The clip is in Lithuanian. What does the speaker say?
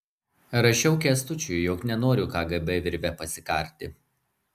rašiau kęstučiui jog nenoriu kgb virve pasikarti